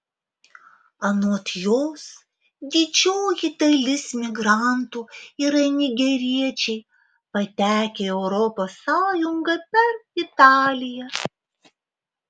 anot jos didžioji dalis migrantų yra nigeriečiai patekę į europos sąjungą per italiją